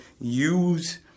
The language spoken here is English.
use